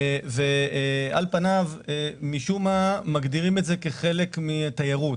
משום מה מגדירים את זה כחלק מהתיירות.